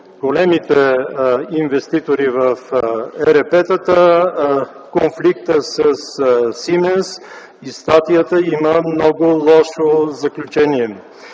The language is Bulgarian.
големите инвеститори в ЕРП-тата, конфликта със „Сименс”, и статията има много лошо заключение.